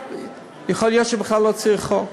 יכול להיות שבכלל לא צריך חוק.